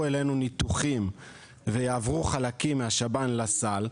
אלינו ניתוחים ויעברו חלקים מהשב"ן לסל,